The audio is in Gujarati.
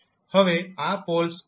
હવે આ પોલ્સ અલગ છે